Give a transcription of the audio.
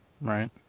right